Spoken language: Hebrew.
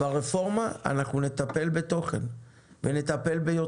ברפורמה אנחנו נטפל בתוכן וביוצרים.